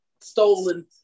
stolen